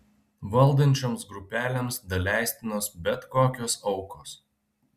valdančioms grupelėms daleistinos bet kokios aukos